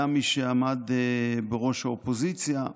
היה מי שעמד בראש האופוזיציה,